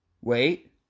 wait